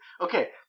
Okay